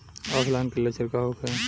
ऑफलाइनके लक्षण का होखे?